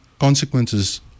consequences